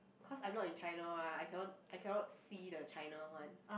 cause I'm not in China [what] I cannot I cannot see the China one